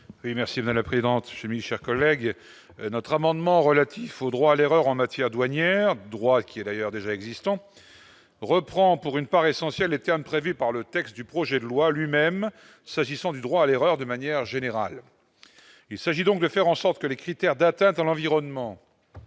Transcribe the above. merci de la présidente celui chers collègues notre amendement relatif au droit à l'erreur en matière douanière droit qui est d'ailleurs déjà existants, reprend pour une part essentielle des termes prévus par le texte du projet de loi lui-même, s'agissant du droit à l'erreur, de manière générale, il s'agit donc de faire en sorte que les critères d'atteintes à l'environnement